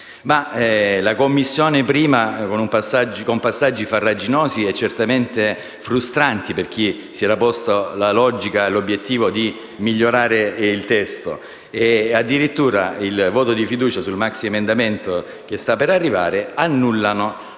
la Commissione prima, con passaggi farraginosi e certamente frustranti per chi si era posto l'obiettivo di migliorare il testo, e poi addirittura il voto di fiducia sul maxiemendamento che sta per arrivare, annullano